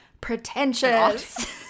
pretentious